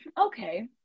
Okay